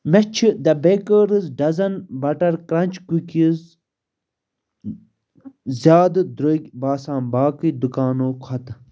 مےٚ چھِ the bakers dozen butter crunch cookies زیادٕ درٛوگۍ باسان باقٕے دُکانو کھۄتہٕ